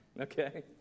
Okay